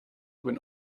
when